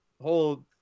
whole